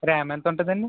RAM ఎంతుంటుందండి